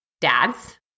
dads